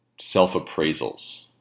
self-appraisals